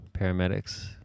Paramedics